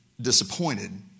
disappointed